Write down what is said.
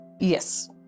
Yes